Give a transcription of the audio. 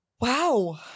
Wow